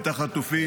את החטופים,